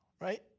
right